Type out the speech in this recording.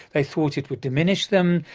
they thought it would diminish them,